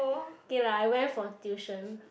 okay lah I went for tuition